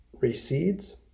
recedes